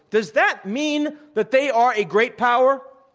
does that mean that they are a great power?